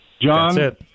John